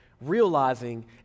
realizing